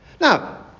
Now